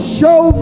Show